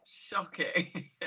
Shocking